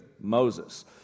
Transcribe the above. Moses